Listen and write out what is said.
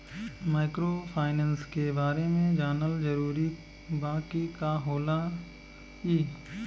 Microfinance के बारे में जानल जरूरी बा की का होला ई?